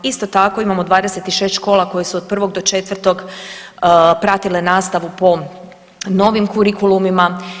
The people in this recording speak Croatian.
Isto tako, imamo 26 škola koje su 1.-4. pratile nastavu po novim kurikulumima.